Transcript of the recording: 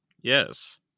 Yes